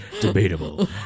debatable